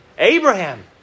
Abraham